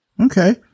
Okay